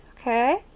okay